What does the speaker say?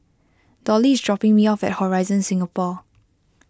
Dollie is dropping me off at Horizon Singapore